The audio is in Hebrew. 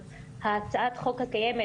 אבל הצעת החוק הקיימת,